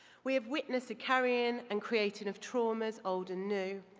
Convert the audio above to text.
we have witnessed a carrying and creating of traumas old and new,